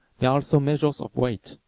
there are also measures of weight,